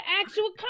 actual